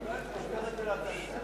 אתה הופך להצעה לסדר-היום?